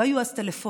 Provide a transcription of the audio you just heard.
לא היו אז טלפונים,